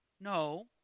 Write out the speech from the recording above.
No